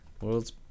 World's